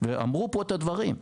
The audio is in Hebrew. ואמרו פה את הדברים.